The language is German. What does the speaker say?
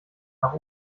nach